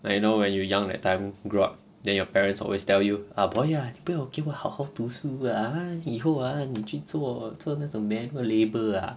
like you know when you young that time grew up then your parents always tell you ah boy ah 你不要给我好好读书以后啊你去做做那种 manual labour ah